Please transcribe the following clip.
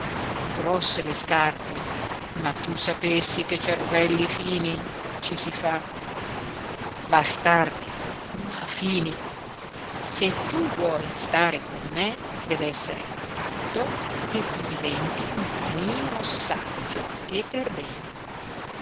grosse le scarpe ma tu sapessi che cervelli fini ci si fa bastardi ma fini se tu vuoi stare con me dev'essere un patto che tu diventi un canino saggio e per bene